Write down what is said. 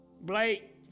Blake